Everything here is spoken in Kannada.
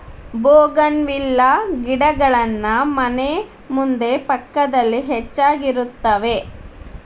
ಬೋಗನ್ವಿಲ್ಲಾ ಗಿಡಗಳನ್ನಾ ಮನೆ ಮುಂದೆ ಪಕ್ಕದಲ್ಲಿ ಹೆಚ್ಚಾಗಿರುತ್ತವೆ